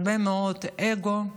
הרבה מאוד אגו.